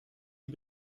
die